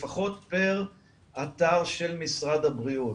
לפחות פר אתר של משרד הבריאות,